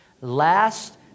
last